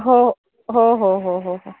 हो हो हो हो हो हो